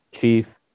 chief